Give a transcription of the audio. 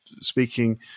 speaking